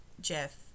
Jeff